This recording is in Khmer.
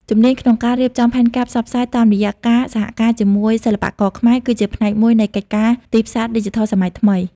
ជំនាញក្នុងការរៀបចំផែនការផ្សព្វផ្សាយតាមរយៈការសហការជាមួយសិល្បករខ្មែរ គឺជាផ្នែកមួយនៃកិច្ចការទីផ្សារឌីជីថលសម័យថ្មី។